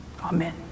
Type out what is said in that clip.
Amen